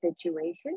situation